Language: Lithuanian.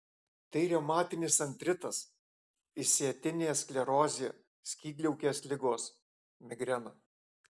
tai reumatinis artritas išsėtinė sklerozė skydliaukės ligos migrena